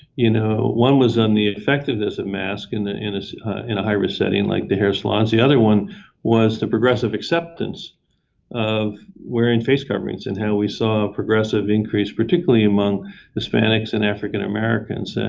you know, one was on the effectiveness of masks and in in a high-risk setting like the hair salons. the other one was the progressive acceptance of wearing face coverings and how we saw a progressive increase, particularly among hispanics and african americans.